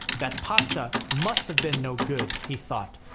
that pasta must have been no good, he thought.